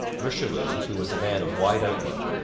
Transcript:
richelieu, who was a man of wide outlook,